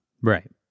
Right